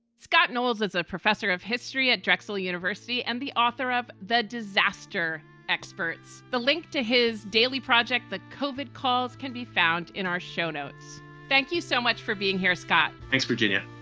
scott knowles is a wrestler of history at drexel university and the author of the disaster experts, the link to his daily project that covered calls can be found in our show notes thank you so much for being here, scott. thanks, virginia.